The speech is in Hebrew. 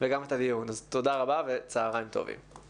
וגם את הדיון, אז תודה רבה וצוהריים טובים.